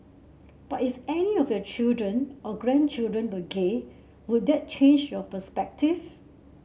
but if any of your children or grandchildren were gay would that change your perspective